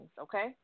okay